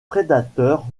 prédateurs